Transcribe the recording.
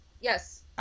yes